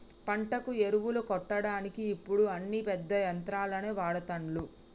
పంటకు ఎరువులు కొట్టడానికి ఇప్పుడు అన్ని పెద్ద యంత్రాలనే వాడ్తాన్లు